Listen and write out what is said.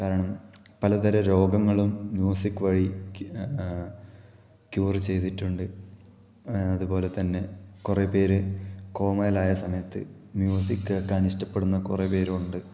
കാരണം പലതര രോഗങ്ങളും മ്യൂസിക് വഴി ക്യു ക്യുവറ് ചെയ്തിട്ടുണ്ട് അതുപോലെ തന്നെ കുറെ പേര് കോമയിലായ സമയത്ത് മ്യൂസിക്ക് കേൾക്കാൻ വേണ്ടി ഇഷ്ടപ്പെടുന്ന കുറെ പേരുമുണ്ട്